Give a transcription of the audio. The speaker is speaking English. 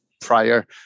prior